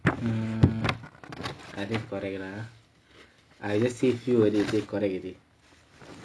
mm I think correct lah I just say few already correct already